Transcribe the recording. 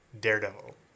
Daredevil